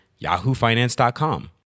yahoofinance.com